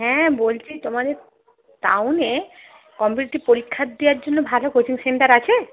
হ্যাঁ বলছি তোমাদের টাউনে কম্পিটিটিভ পরীক্ষা দেওয়ার জন্য ভালো কোচিং সেন্টার আছে